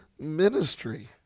ministry